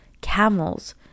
camels